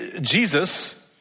Jesus